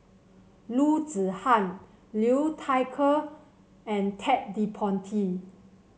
Loo Zihan Liu Thai Ker and Ted De Ponti